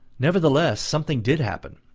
nevertheless something did happen.